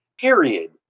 period